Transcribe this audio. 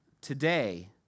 today